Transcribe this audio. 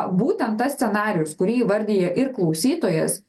būtent tas scenarijus kurį įvardija ir klausytojas